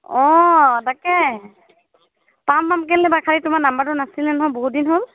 অঁ তাকে পাম পাম কেলৈ নাপাম খালী তোমাৰ নাম্বাৰটো নাছিলে নহয় বহুত দিন হ'ল